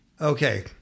Okay